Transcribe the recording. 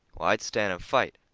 i'd stand and fight.